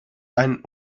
ein